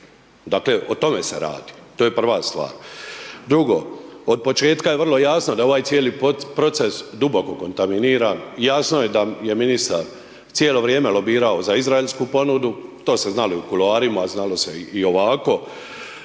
Dakle, o tome se radi. To je prva stvar. Drugo, od početka je vrlo jasno da ovaj cijeli proces duboko kontaminiran, jasno je da je ministar cijelo vrijeme lobirao za izraelsku ponudu, to se znao i u kuloarima, znalo se i ovako.